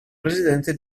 presidente